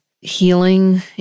healing